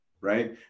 right